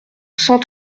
cent